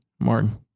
Martin